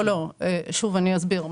לא, שוב, אני אסביר.